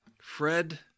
Fred